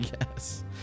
Yes